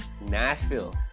Nashville